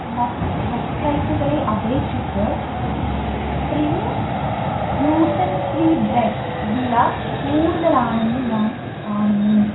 മറ്റ് വെബ്സൈറ്റുകളെ അപേക്ഷിച്ച് സ്പ്രിംഗ് ഗ്ലൂട്ടൻ ഫ്രീ ബ്രെഡ് വില കൂടുതലാണെന്ന് ഞാൻ കാണുന്നു